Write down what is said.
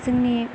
जोंनि